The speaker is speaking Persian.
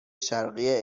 شرقی